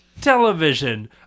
television